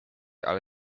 ale